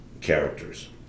characters